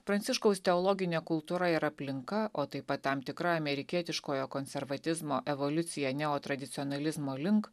pranciškaus teologine kultūra ir aplinka o taip pat tam tikra amerikietiškojo konservatizmo evoliucija neotradicionalizmo link